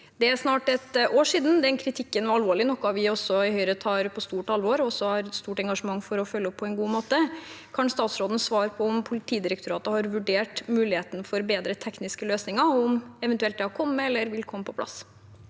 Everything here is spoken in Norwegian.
Det snart et år siden den kritikken, noe vi i Høyre også tar på stort alvor og har stort engasjement for å følge opp på en god måte. Kan statsråden svare på om Politidirektoratet har vurdert muligheten for bedre tekniske løsninger, om det eventuelt vil komme på plass?